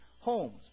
homes